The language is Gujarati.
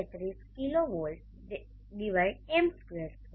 33 kWm2 છે